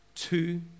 two